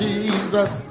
Jesus